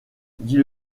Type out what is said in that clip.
dit